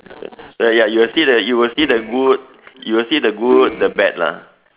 then ya you will see the you will see the good you will see the good and the bad lah